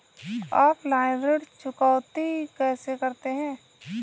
Offline ऋण चुकौती कैसे करते हैं?